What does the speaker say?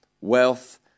wealth